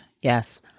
Yes